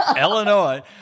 Illinois